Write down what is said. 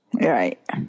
Right